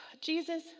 Jesus